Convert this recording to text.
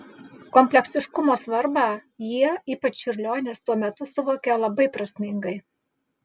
kompleksiškumo svarbą jie ypač čiurlionis tuo metu suvokė labai prasmingai